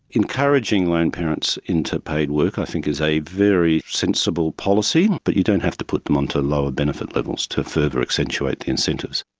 encouraging lone parents into paid work i think is a very sensible policy, but you don't have to put them onto lower benefit levels to further accentuate the incentives.